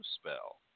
Spell